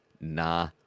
Nah